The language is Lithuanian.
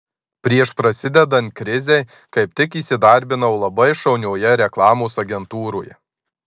prieš prasidedant krizei kaip tik įsidarbinau labai šaunioje reklamos agentūroje